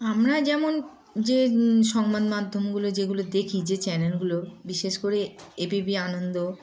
আমরা যেমন যে সংবাদমাধ্যমগুলো যেগুলো দেখি যে চ্যানেলগুলো বিশেষ করে এ বি পি আনন্দ